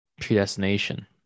predestination